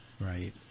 Right